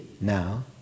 now